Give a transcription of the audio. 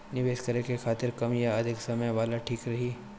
निवेश करें के खातिर कम या अधिक समय वाला ठीक रही?